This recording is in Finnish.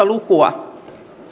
lukua